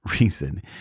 reason